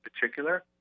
particular